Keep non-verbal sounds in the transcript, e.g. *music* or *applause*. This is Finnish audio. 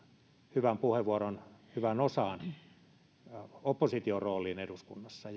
hyvän puheenvuoron hyvään osaan liittyen opposition rooliin eduskunnassa *unintelligible*